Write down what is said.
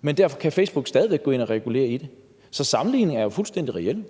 Men derfor kan Facebook stadig væk gå ind og regulere i det. Så sammenligningen er jo fuldstændig reel.